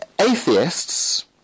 atheists